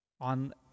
on